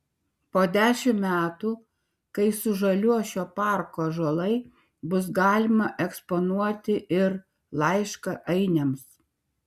po dešimt metų kai sužaliuos šio parko ąžuolai bus galima eksponuoti ir laišką ainiams